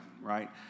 right